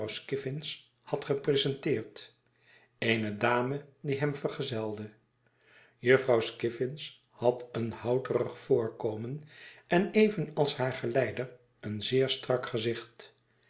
had gepresenteerd eene dame die hem vergezelde jufvrouw skiffins bad een houterig voorkomen en evenals haar geleider een zeer strak gezicht